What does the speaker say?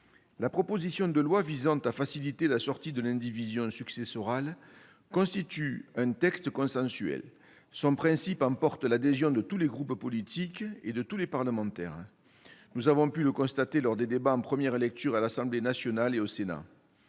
proposition de loi visant à faciliter la sortie de l'indivision successorale est un texte consensuel. Son principe emporte l'adhésion de tous les groupes politiques et de tous les parlementaires, ainsi que nous avons pu le constater lors des débats en première lecture à l'Assemblée nationale et au Sénat.